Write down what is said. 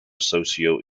socio